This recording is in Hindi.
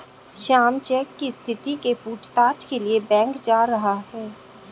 श्याम चेक की स्थिति के पूछताछ के लिए बैंक जा रहा है